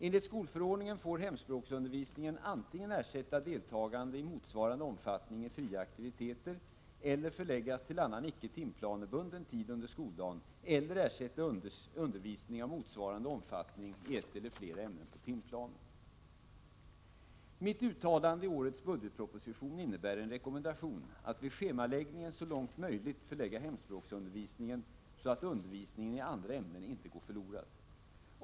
Enligt skolförordningen får hemspråksundervisningen antingen ersätta deltagande i motsvarande omfattning i fria aktiviteter eller förläggas till annan icke timplanebunden tid under skoldagen eller ersätta undervisningen av motsvarande omfattning i ett eller flera ämnen på timplanen. Mitt uttalande i årets budgetproposition innebär en rekommendation att vid schemaläggningen så långt möjligt förlägga hemspråksundervisningen så att undervisningen i andra ämnen inte går förlorad.